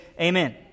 Amen